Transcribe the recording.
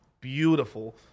Beautiful